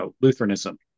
Lutheranism